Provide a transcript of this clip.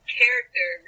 character